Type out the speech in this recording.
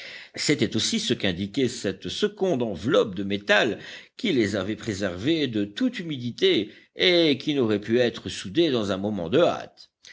c'était aussi ce qu'indiquait cette seconde enveloppe de métal qui les avait préservés de toute humidité et qui n'aurait pu être soudée dans un moment de hâte